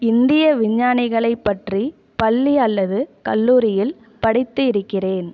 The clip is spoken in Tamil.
இந்திய விஞ்ஞானிகளைப் பற்றி பள்ளி அல்லது கல்லூரியில் படித்து இருக்கிறேன்